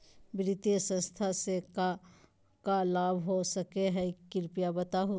वित्तीय संस्था से का का लाभ हो सके हई कृपया बताहू?